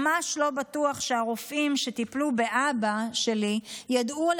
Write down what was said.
ממש לא בטוח שהרופאים שטיפלו באבא שלי ידעו על